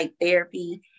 therapy